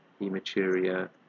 hematuria